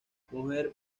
mujer